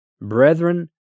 Brethren